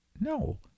No